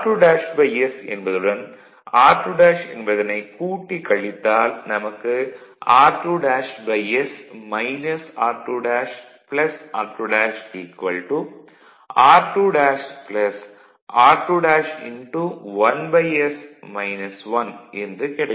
r2's என்பதுடன் r2' என்பதனை கூட்டி கழித்தால் நமக்கு r2's r2' r2' r2' r2'1s 1 என்று கிடைக்கும்